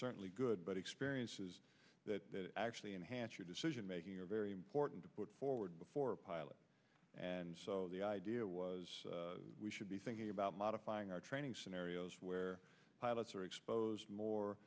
certainly good but experience actually enhance your decision making are very important to put forward before a pilot and so the idea was we should be thinking about modifying our training scenarios where pilots are exposed more